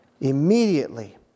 immediately